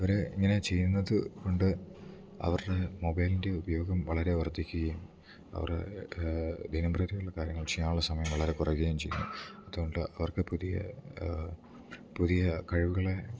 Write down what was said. അവർ ഇങ്ങനെ ചെയ്യുന്നത് കൊണ്ട് അവരുടെ മൊബൈലിൻറെ ഉപയോഗം വളരെ വർധിക്കുകയും അവരുടെ ദിനംപ്രതി ഉള്ള കാര്യങ്ങൾ ചെയ്യാൻ ഉള്ള സമയം വളരെ കുറയുകയും ചെയ്യുന്നു അത് കൊണ്ട് അവർക്ക് പുതിയ പുതിയ കഴിവുകളെ